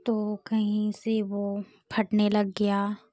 तो कहीं से वो फटने लग गया